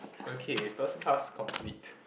okay first task complete